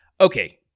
Okay